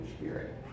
Spirit